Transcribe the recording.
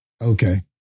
Okay